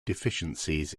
deficiencies